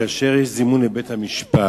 כאשר יש זימון לבית-המשפט